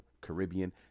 caribbean